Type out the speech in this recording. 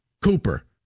Cooper